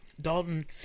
Dalton